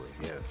Yes